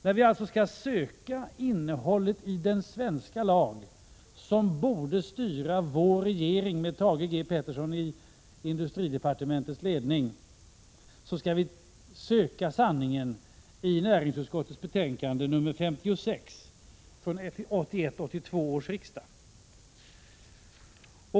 När vi alltså skall söka innehållet i den svenska lag som borde styra regeringen, med Thage Peterson i industridepartementets ledning, skall vi söka sanningen i näringsutskottets betänkande 56 från 1981/82 års riksdag.